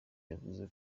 yavuze